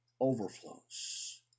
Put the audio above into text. overflows